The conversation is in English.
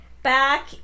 Back